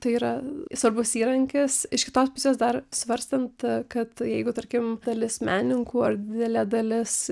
tai yra svarbus įrankis iš kitos pusės dar svarstant kad jeigu tarkim dalis menininkų ar didelė dalis